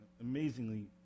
amazingly